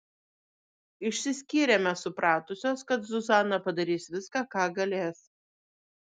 išsiskyrėme supratusios kad zuzana padarys viską ką galės